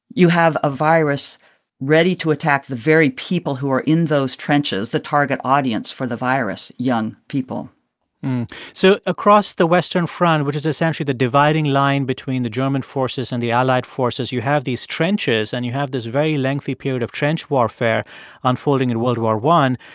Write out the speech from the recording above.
you have a virus ready to attack the very people who are in those trenches, the target audience for the virus young people so across the western front, which is essentially the dividing line between the german forces and the allied forces, you have these trenches and you have this very lengthy period of trench warfare unfolding in world war i.